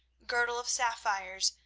girdle of sapphires,